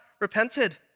repented